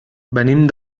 venim